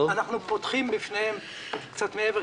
אנחנו פותחים בפניהם קצת מעבר,